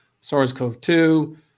SARS-CoV-2